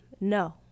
No